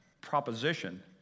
proposition